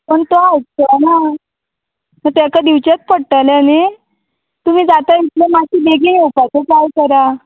पूण तो हाडचो ना सो तेका दिवचेच पडटले न्ही तुमी जाता तितले मात्शे बेगीन येवपाचो ट्राय करा